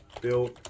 built